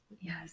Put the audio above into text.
Yes